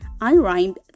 unrhymed